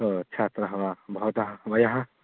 ओ छात्रः वा भवतः वयः